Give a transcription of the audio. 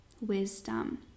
wisdom